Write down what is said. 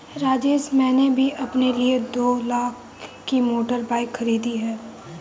राजेश मैंने भी अपने लिए दो लाख की मोटर बाइक खरीदी है